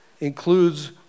includes